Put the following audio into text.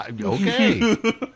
Okay